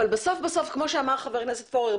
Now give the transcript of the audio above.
אבל בסוף בסוף כמו שאמר חבר הכנסת פורר,